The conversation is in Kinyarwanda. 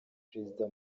perezida